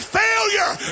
failure